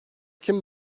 kim